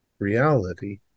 reality